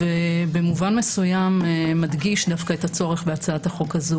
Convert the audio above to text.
ובמובן מסוים מדגיש דווקא את הצורך בהצעת החוק הזו,